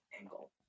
angle